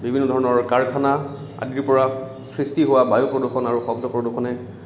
বিভিন্ন ধৰণৰ কাৰখানা আদিৰ পৰা সৃষ্টি হোৱা বায়ু প্ৰদূষণ আৰু শব্দ প্ৰদূষণে